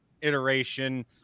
Iteration